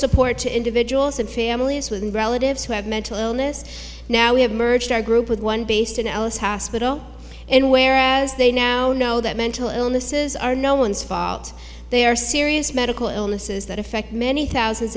support to individuals and families with relatives who have mental illness now we have merged our group with one based in alice hospital and whereas they now know that mental illnesses are no one's fault they are serious medical illnesses that affect many thousands